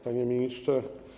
Panie Ministrze!